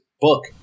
book